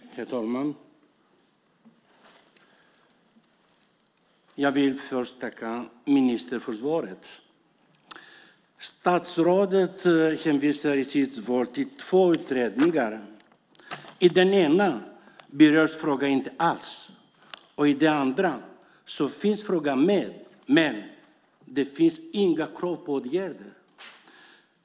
Herr talman! Jag vill först tacka ministern för svaret. Statsrådet hänvisar i sitt svar till två utredningar. I den ena berörs frågan inte alls. I den andra finns frågan med, men det finns inga krav på åtgärder.